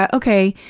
ah okay,